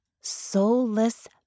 soulless